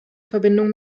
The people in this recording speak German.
verbindung